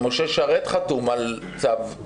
שמשה שרת חתום על הצו,